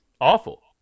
Awful